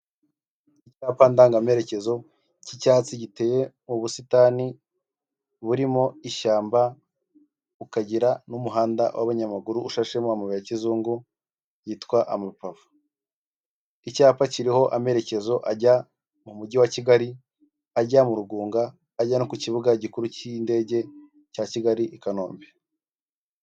Icyapa ndangamerekezo cy'icyatsi giteye mu busitani burimo ishyamba ukagira n'umuhanda w'abanyamaguru ushashemo amabuye ya kizungu yitwa amapave, icyapa kiriho amerecyezo ajya mu mujyi wa Kigali, ajya mu Rugunga ajya no ku kibuga gikuru cy'indege cya Kigali i Kanombe.